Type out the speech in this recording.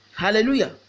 Hallelujah